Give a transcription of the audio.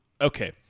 okay